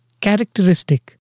characteristic